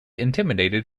intimidated